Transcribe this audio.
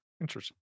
Interesting